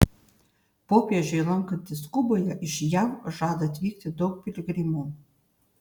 popiežiui lankantis kuboje iš jav žada atvykti daug piligrimų